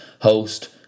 Host